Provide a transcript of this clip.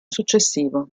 successivo